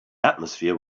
atmosphere